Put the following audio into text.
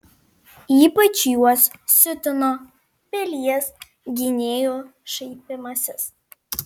ypač juos siutino pilies gynėjų šaipymasis